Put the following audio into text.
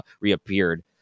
reappeared